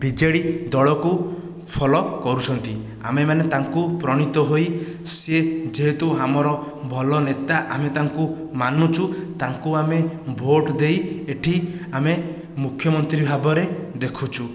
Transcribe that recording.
BJD ଦଳକୁ follow କରୁଛନ୍ତି ଆମେ ମାନେ ତାଙ୍କୁ ପ୍ରଣିତ ହୋଇ ସେ ଯେହେତୁ ଆମର ଭଲ ନେତା ଆମେ ତାଙ୍କୁ ମାନୁଛୁ ତାଙ୍କୁ ଆମେ ଭୋଟ ଦେଇ ଏଠି ଆମେ ମୁଖ୍ୟମନ୍ତ୍ରୀ ଭାବରେ ଦେଖୁଛୁ